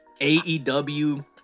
AEW